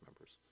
members